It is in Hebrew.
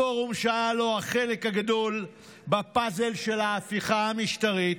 הפורום שהיה לו את החלק הגדול בפאזל של ההפיכה המשטרית,